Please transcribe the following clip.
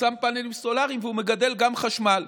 שם פאנלים סולריים והוא מגדל גם חשמל.